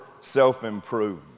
self-improvement